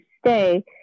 stay